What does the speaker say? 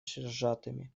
сжатыми